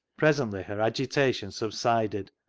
presently her agitation subsided,